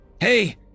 Hey